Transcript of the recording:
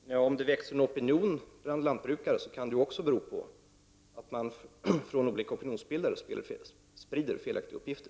Herr talman! Om det väckts en opinion ute bland lantbrukare kan det också bero på att opinionsbildare sprider felaktiga uppgifter.